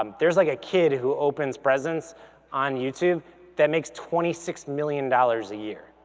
um there's like a kid who opens presents on youtube that makes twenty six million dollars a year,